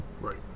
Right